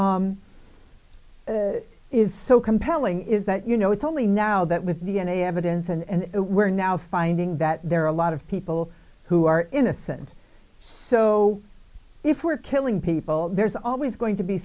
is so compelling is that you know it's only now that with d n a evidence and we're now finding that there are a lot of people who are innocent so if we're killing people there's always going to be